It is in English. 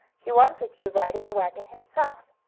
he wanted to ride in the wagon himself.